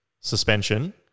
Suspension